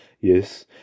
yes